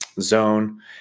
zone